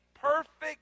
perfect